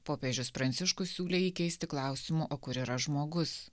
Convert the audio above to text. popiežius pranciškus siūlė jį keisti klausimu o kur yra žmogus